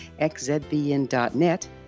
xzbn.net